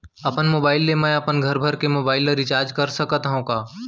अपन मोबाइल ले मैं अपन घरभर के मोबाइल ला रिचार्ज कर सकत हव का?